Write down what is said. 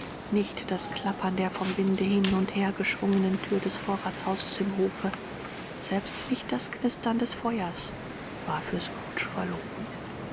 nicht das klappen der vom winde hin und her geschwungenen thür des vorratshauses im hofe selbst nicht das knistern des feuers war für scrooge verloren